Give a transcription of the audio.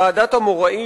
ועדת-אמוראי,